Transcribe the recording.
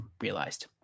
realized